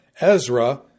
Ezra